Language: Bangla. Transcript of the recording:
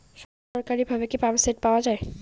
সরকারিভাবে কি পাম্পসেট পাওয়া যায়?